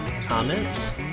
Comments